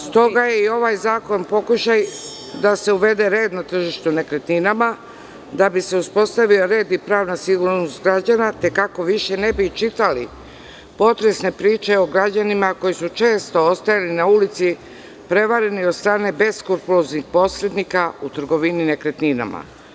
Stoga je i ovaj zakon pokušaj da se uvede red na tržištu nekretninama, da bi se uspostavio red i pravna sigurnost građana, te kako više ne bi čitali potresne priče o građanima koji su često ostajali na ulici prevareni od strane beskrupuloznih posrednika u trgovini nekretninama.